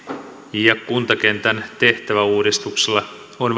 ja kuntakentän tehtäväuudistuksella on